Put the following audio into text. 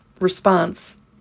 response